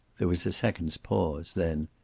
there was a second's pause. then,